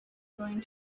going